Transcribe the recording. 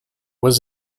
was